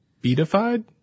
Beatified